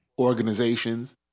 organizations